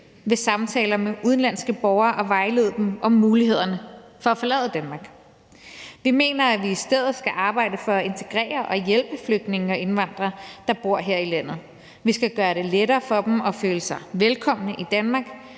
ved samtaler med udenlandske borgere at vejlede dem om mulighederne for at forlade Danmark. Vi mener, at vi i stedet skal arbejde for at integrere og hjælpe flygtninge og indvandrere, der bor her i landet. Vi skal gøre det lettere for dem at føle sig velkomne i Danmark,